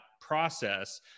process